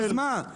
נו, אז מה.